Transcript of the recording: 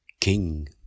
King